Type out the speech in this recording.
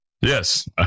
Yes